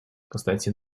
константин